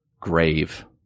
grave